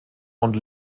und